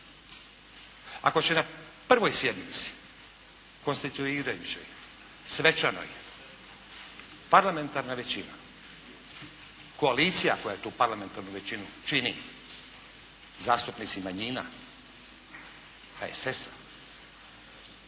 Ako će na prvoj sjednici, konstituirajućoj, svečanoj parlamentarna većina, koalicija koja tu parlamentarnu većinu čini, zastupnici manjina, HSS-a